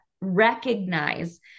recognize